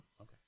Okay